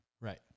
Right